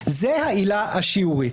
זו העילה השיורית.